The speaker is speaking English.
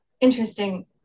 interesting